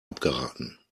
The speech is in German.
abgeraten